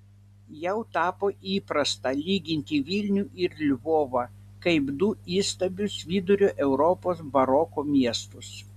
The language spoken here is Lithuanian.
jau tapo įprasta lyginti vilnių ir lvovą kaip du įstabius vidurio europos baroko miestus